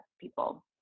people